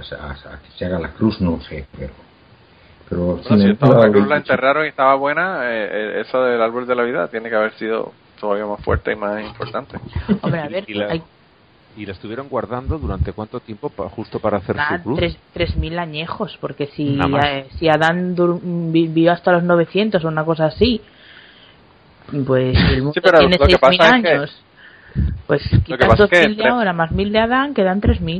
O sea, o sea, que se haga la cruz, no sé, pero- pero Bueno, si si no estaba- hubiera la cruz habido- la enterraron y estaba buena, eh, eh, eso del árbol de la vida tiene que haber sido todavía más fuerte y más importante. Hombre, a ver, Y- y la- hay- ¿y la estuvieron guardando durante cuánto tiempo pa- justo para hacer su Dan cruz? tres- 3.000 añejos, porque si Nada a- más. si Adán dur- vi- vivió hasta los 900 o una cosa así, pues, el Sí, mundo pero tiene lo que 6.000 pasa es que- años, pues, quitar lo que pasa es que 2.000 de tres- ahora más 1.000 de Adán, quedan 3.000.